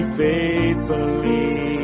faithfully